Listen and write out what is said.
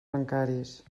bancaris